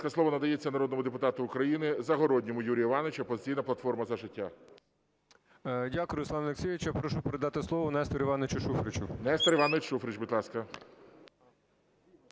Дякую, Руслане Олексійовичу. Я прошу передати слово Нестору Івановичу Шуфричу.